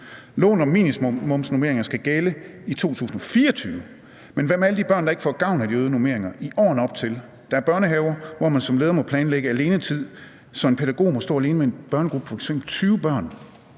Loven om minimumsnormeringer skal gælde i 2024, men hvad med alle de børn, der ikke får gavn af de øgede normeringer i årene op til? Der er børnehaver, hvor man som leder må planlægge alenetid, så en pædagog i øjeblikket må stå alene med en børnegruppe på f.eks. 20 børn.